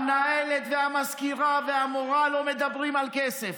המנהלת והמזכירה והמורה לא מדברים על כסף.